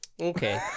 Okay